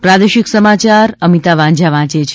પ્રાદેશિક સમાચાર અમિતા વાંઝા વાંચે છે